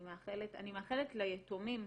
אני מאחלת ליתומים